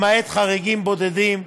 למעט חריגים בודדים,